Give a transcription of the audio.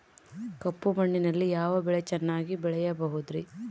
ಕಪ್ಪು ಮಣ್ಣಿನಲ್ಲಿ ಯಾವ ಬೆಳೆ ಚೆನ್ನಾಗಿ ಬೆಳೆಯಬಹುದ್ರಿ?